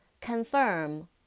Confirm